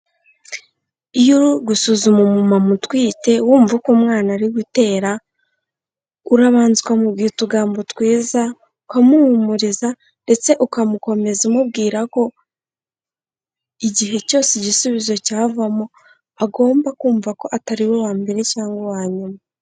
Iyo uri gusuzuma umumama utwite wumva uko umwana ari gutera, urabanza ukamubwira utugambo twiza, ukamuhumuriza ndetse ukamukomeza umubwira ko igihe cyose igisubizo cyavamo agomba kumva ko atari we wa mbere cyangwa uwanyuma.